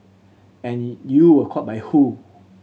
any you were caught by who